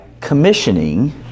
commissioning